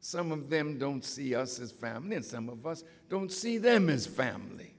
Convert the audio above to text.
some of them don't see us as family and some of us don't see them as family